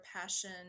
passion